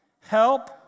Help